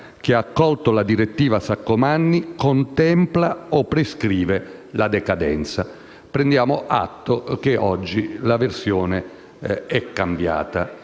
che ha accolto la direttiva Saccomanni, contempla o prescrive la decadenza». Prendiamo atto che oggi la versione è cambiata.